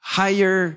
higher